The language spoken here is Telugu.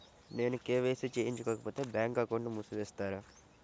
నేను కే.వై.సి చేయించుకోకపోతే బ్యాంక్ అకౌంట్ను మూసివేస్తారా?